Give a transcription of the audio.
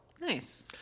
Nice